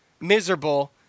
miserable